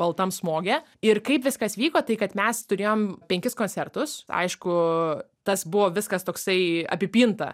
baltam smoge ir kaip viskas vyko tai kad mes turėjom penkis koncertus aišku tas buvo viskas toksai apipinta